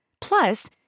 Plus